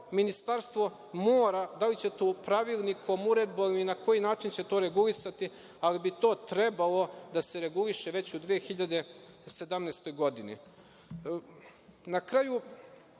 Ministarstvo mora, da li će to pravilnikom, uredbom, ili na koji način će to regulisati, ali bi to trebalo da se reguliše već u 2017. godini. Na kraju,